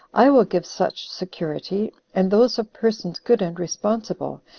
i will give such security, and those of persons good and responsible,